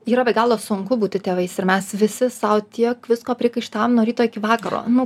yra be galo sunku būti tėvais ir mes visi sau tiek visko priekaištavom nuo ryto iki vakaro nu